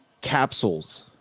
capsules